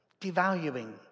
devaluing